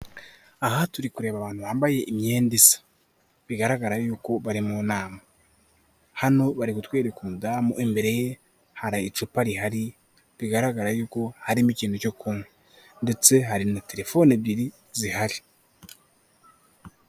Aha turi kureba abantu bambaye imyenda isa, bigaragara yuko bari mu nama, hano bari gutwereka umudamu imbere ye hari icupa rihari bigaragara yuko harimo ikintu cyo kunywa ndetse hari na telefone ebyiri zihari.